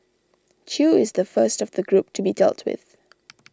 chew is the first of the group to be dealt with